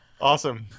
Awesome